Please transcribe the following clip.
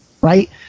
right